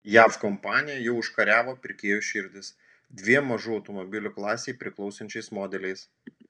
jav kompanija jau užkariavo pirkėjų širdis dviem mažų automobilių klasei priklausančiais modeliais